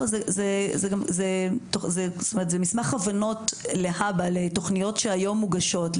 זה מסמך הבנות להבא לתוכניות שמוגשות היום,